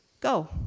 go